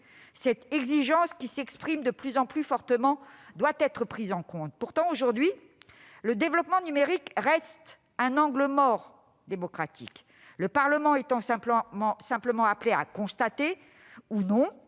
Cette exigence, qui s'exprime de plus en plus fortement, doit être prise en compte. Pourtant, aujourd'hui, le développement numérique reste un angle mort démocratique, le Parlement étant simplement appelé à constater ou non